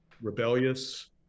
rebellious